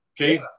okay